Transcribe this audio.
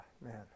man